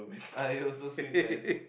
!aiyo! so sweet man